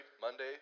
Monday